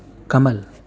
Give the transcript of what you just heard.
کمل